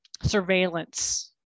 surveillance